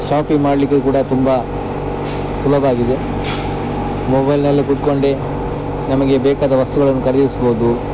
shopping ಮಾಡ್ಲಿಕ್ಕೆ ಕೂಡ ತುಂಬ ಸುಲಭ ಆಗಿದೆ ಮೊಬೈಲ್ನಲ್ಲೇ ಕೂತ್ಕೊಂಡು ನಮಗೆ ಬೇಕಾದ ವಸ್ತುಗಳನ್ನು ಖರೀದಿಸ್ಬೋದು